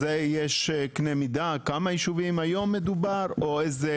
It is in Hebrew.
יש קנה מידה כמה יישובים היום מדובר או איזה